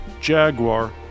Jaguar